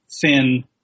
thin